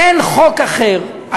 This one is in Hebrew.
אין חוק אחר.